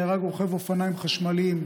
נהרג רוכב אופניים חשמליים,